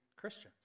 Christians